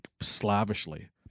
slavishly